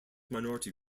minority